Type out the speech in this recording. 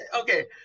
Okay